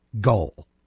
goal